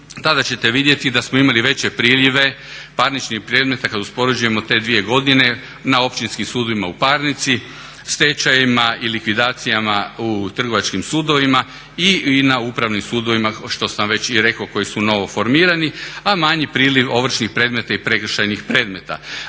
tada ćete vidjeti da smo imali veće prilive parničnih predmeta kad uspoređujemo te dvije godine na općinskim sudovima u parnici, stečajevima i likvidacijama u trgovačkim sudovima i na upravnim sudovima što sam već i rekao koji su novoformirani, a manji priliv ovršnih predmeta i prekršajnih predmeta.